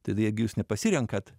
tad jeigu jūs nepasirenkat